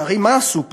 הרי מה עשו פה?